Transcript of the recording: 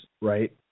right